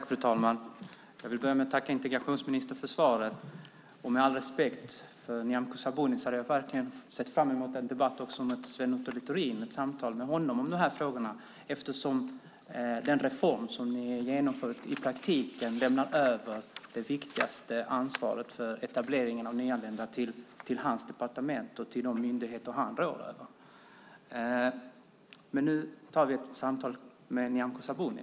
Fru talman! Jag vill börja med att tacka integrationsministern för svaret. Med all respekt för Nyamko Sabuni hade jag verkligen sett fram emot ett samtal med Sven Otto Littorin om de här frågorna. Den reform ni genomför lämnar ju i praktiken över det viktigaste ansvaret för etableringen av nyanlända till hans departement och de myndigheter han rår över. Men nu tar vi ett samtal med Nyamko Sabuni.